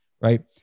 right